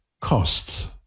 costs